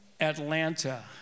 atlanta